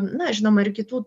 na žinoma ir kitų